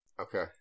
Okay